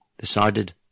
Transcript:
decided